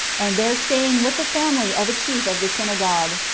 and there staying with the family of a chief of the synagogue,